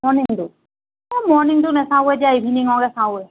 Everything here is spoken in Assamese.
মৰ্ণিংটো এই মৰ্ণিংটো নাচাওঁ এতিয়া ইভিনিঙৰে চাওঁ